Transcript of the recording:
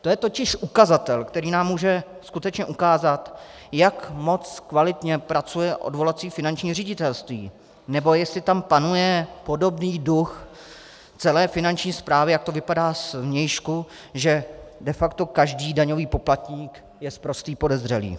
To je totiž ukazatel, který nám může skutečně ukázat, jak moc kvalitně pracuje odvolací finanční ředitelství, nebo jestli tam panuje podobný duch celé Finanční správy, jak to vypadá zvnějšku, že de facto každý daňový poplatník je sprostý podezřelý.